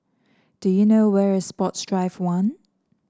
do you know where is Sports Drive One